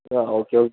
ആ okay okay